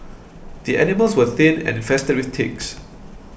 the animals were thin and infested with ticks